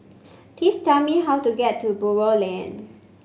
please tell me how to get to Buroh Lane